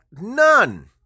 none